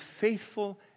faithful